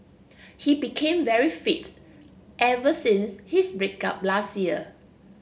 he became very fit ever since his break up last year